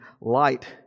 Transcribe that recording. light